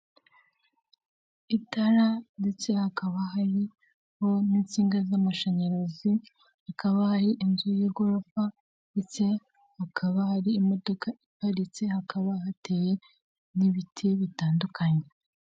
Itara ndetse hakaba hariho n'insinga z'amashanyarazi, hakaba ari inzu y'igorofa ndetse hakaba hari imodoka iparitse, hakaba hateye n'ibiti bitandukanye.